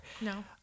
No